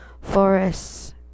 forests